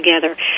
together